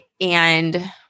and-